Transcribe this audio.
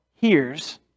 hears